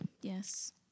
Yes